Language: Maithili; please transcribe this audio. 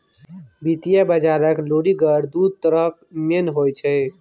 वित्तीय बजारक लुरिगर दु तरहक मेन होइ छै